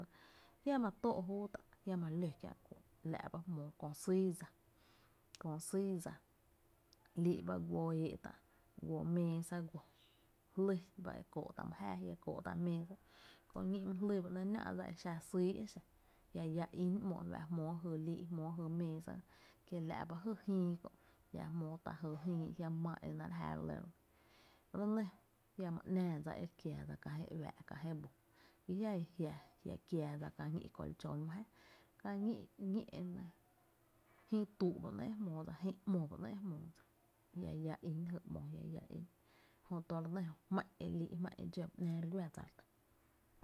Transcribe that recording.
Jiama tóó’ júu tá’, jiama ló kiä’ kú’n, la’ ba jmóo köö sýy dsa, kö sýy dsa lii’ ba guo éé’ tá’ guo meesa guo, jlý ba e kóó’ tá’ my jáá a jia’ kóó’ tá’ meesa kö ñí’ my jlý ba ‘néé’ náá’ dsa exa sýy exa, jia’ lláá ín ‘mo e fa’ jmoo jy e lii’ jmóo jy meesa kiela’ ba jy jïï kö’ jiama maa e náá’ re ja re lɇ, re nɇ jiama ‘náá dsa e re kiaa dsa kä je uⱥⱥ’, ki jia’ jia kiaa dsa kä ñí’ colchón my jáa kä ñí’ e nɇ jïï tuu’ ba ‘nɇɇ’ e jmoo dsa jïï ‘mo ba ‘nɇɇ’ e jmoo dsa, jia iáá ín jy ‘mo jia’ iá ín jö to re nɇ jö jmá’ e lii’ jmá’n e dxó ba ‘nⱥⱥ re guá dsa re nɇ.